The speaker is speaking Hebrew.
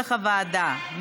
כנוסח הוועדה.